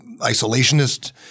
isolationist